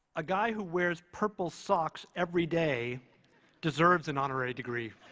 a guy who wears purple socks every day deserves an honorary degree.